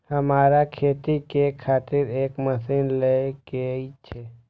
हमरा खेती के खातिर एक मशीन ले के छे?